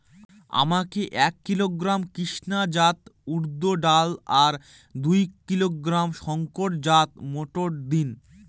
আমাকে এক কিলোগ্রাম কৃষ্ণা জাত উর্দ ডাল আর দু কিলোগ্রাম শঙ্কর জাত মোটর দিন?